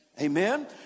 Amen